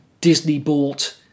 Disney-bought